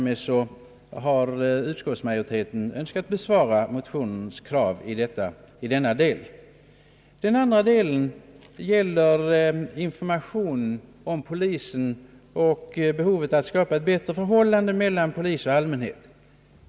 Med detta har utskottsmajoriteten önskat besvara motionens krav i denna del. Ett andra avsnitt gäller information om polisen och behovet att skapa ett bättre förhållande mellan polis och allmänhet.